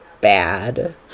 bad